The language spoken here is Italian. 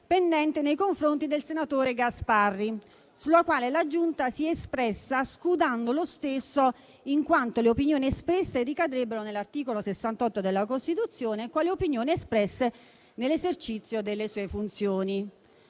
pendente nei confronti del senatore Gasparri, sulla quale la Giunta si è espressa scudando lo stesso in quanto le opinioni espresse ricadrebbero nell'articolo 68 della Costituzione quale opinione espressa nell'esercizio delle sue funzioni.